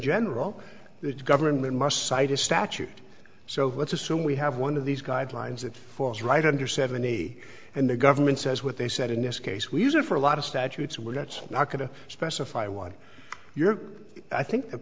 general that government must cite a statute so let's assume we have one of these guidelines that falls right under seventy and the government says what they said in this case we use it for a lot of statutes we're that's not going to specify one year i think the